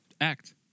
act